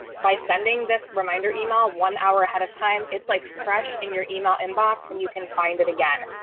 by sending this reminder email one hour ahead of time, it's like fresh in your email inbox, and you can find it again.